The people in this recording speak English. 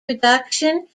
production